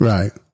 Right